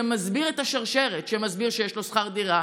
שמסביר את השרשרת: שמסביר שיש לו שכר דירה,